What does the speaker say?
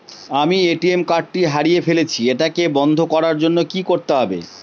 আমি ATM card টি হারিয়ে ফেলেছি এটাকে বন্ধ করার জন্য কি করতে হবে?